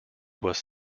was